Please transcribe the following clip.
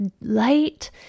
light